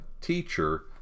teacher